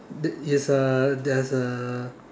is a there's a